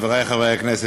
חברי חברי הכנסת,